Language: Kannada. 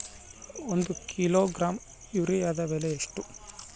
ಒಂದು ಕಿಲೋಗ್ರಾಂ ಯೂರಿಯಾದ ಬೆಲೆ ಎಷ್ಟು?